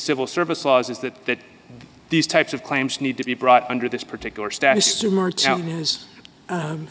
civil service laws is that these types of claims need to be brought under this particular status tum